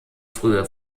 frühe